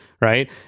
right